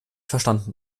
verstanden